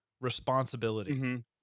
responsibility